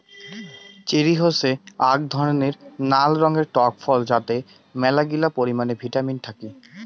cherry হসে আক ধরণের নাল রঙের টক ফল যাতে মেলাগিলা পরিমানে ভিটামিন থাকি